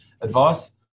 Advice